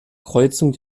kreuzung